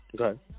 Okay